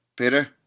Peter